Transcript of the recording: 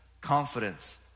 confidence